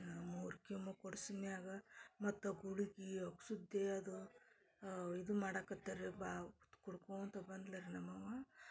ನಾವು ಮೂರು ಕೀಮೋ ಕೊಡ್ಸಿದ್ಮ್ಯಾಗ ಮತ್ತೊಬ್ಬ ಹುಡುಗಿ ಅಗ್ಸುದ್ದೇ ಅದು ಇದು ಮಾಡಕತ್ತಾರೆ ರೀ ಬಾ ಕುಡ್ಕೋಂತ ಬಂದ್ಲು ರೀ ನಮ್ಮವ್ವ